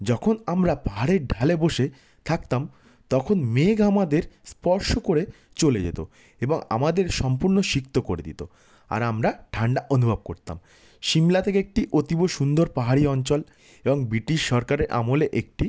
যখন আমরা পাহাড়ের ঢালে বসে থাকতাম তখন মেঘ আমাদের স্পর্শ করে চলে যেতো এবং আমাদের সম্পূর্ণ শিক্ত করে দিতো আর আমরা ঠান্ডা অনুভব করতাম সিমলা থেকে একটি অতীব সুন্দর পাহাড়ি অঞ্চল এবং ব্রিটিশ সরকারের আমলে একটি